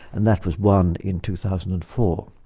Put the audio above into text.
and that was won in two thousand and four.